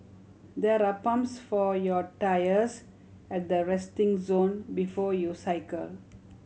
there are pumps for your tyres at the resting zone before you cycle